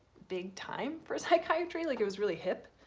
big time for psychiatry like it was really hip.